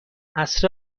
عصر